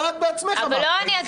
אבל את בעצמך אמרת -- אסביר.